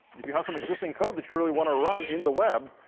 if you have some existing code that you really want to run in the web,